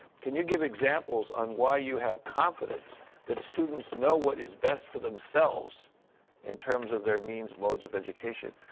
can you give examples on why you have confidence that students know what is best for themselves in terms of their means, modes of education?